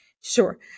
Sure